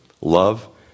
love